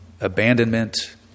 abandonment